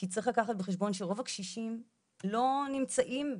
כי צריך לקחת בחשבון שרוב הקשישים לא נמצאים בקשר.